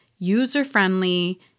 user-friendly